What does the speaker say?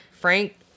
Frank